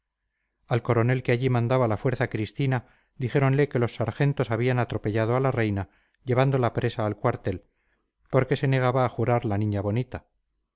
al coronel que allí mandaba la fuerza cristina dijéronle que los sargentos habían atropellado a la reina llevándola presa al cuartel porque se negaba a jurar la niña bonita